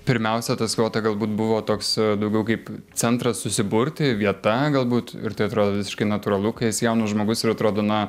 pirmiausia ta skvota galbūt buvo toks daugiau kaip centras susiburti vieta galbūt ir tai atrodo visiškai natūralu kai esi jaunas žmogus ir atrodo na